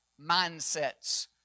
Mindsets